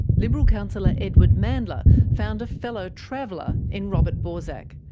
liberal councillor edward mandla found a fellow traveller in robert borsak,